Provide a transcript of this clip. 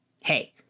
hey